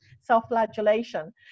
self-flagellation